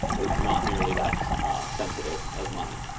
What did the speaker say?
it's not nearly that sensitive as money.